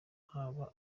haba